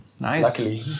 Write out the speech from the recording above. Luckily